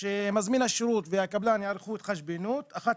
שמזמין השירות והקבלן יערכו התחשבנות אחת